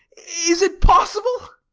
is it possible?